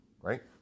Right